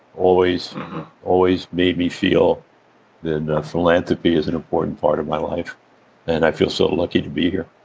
always always made me feel that philanthropy is an important part of my life and i feel so lucky to be here.